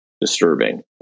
disturbing